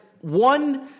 one